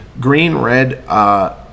Green-red